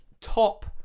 Top